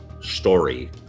story